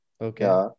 okay